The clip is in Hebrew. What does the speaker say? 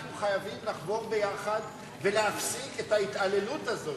אנחנו חייבים לחבור יחד ולהפסיק את ההתעללות הזאת,